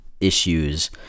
issues